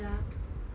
ya